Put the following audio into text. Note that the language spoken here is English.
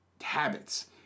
habits